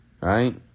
right